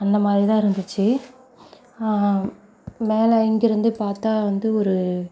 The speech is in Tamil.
அந்த மாதிரி தான் இருந்துச்சு மேலே இங்கேருந்து பார்த்தா வந்து ஒரு